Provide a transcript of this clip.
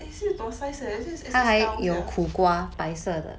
eh dua size eh this is X_X_L sia